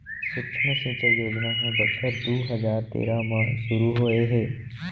सुक्ष्म सिंचई योजना ह बछर दू हजार तेरा म सुरू होए हे